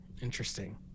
Interesting